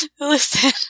Listen